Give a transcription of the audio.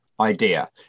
idea